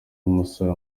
umusore